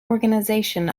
organisation